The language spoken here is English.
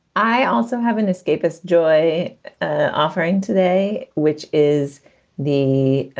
i also have an escapist joy offering today, which is the